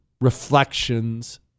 reflections